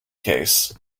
case